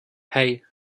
hey